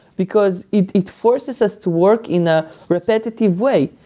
because it it forces us to work in a repetitive way.